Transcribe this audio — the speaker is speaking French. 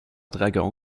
dragon